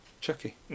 Chucky